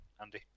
Andy